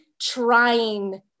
trying